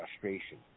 frustration